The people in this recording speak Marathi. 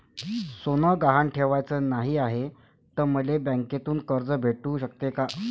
सोनं गहान ठेवाच नाही हाय, त मले बँकेतून कर्ज भेटू शकते का?